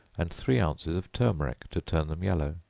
and three ounces of turmeric to turn them yellow.